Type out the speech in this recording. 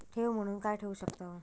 ठेव म्हणून काय ठेवू शकताव?